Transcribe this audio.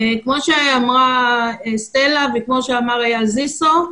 כמו שאמרה סטלה וכמו שאמר אייל סיסו,